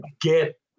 get